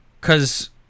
cause